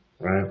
right